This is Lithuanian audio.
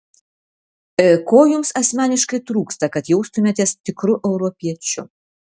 ko jums asmeniškai trūksta kad jaustumėtės tikru europiečiu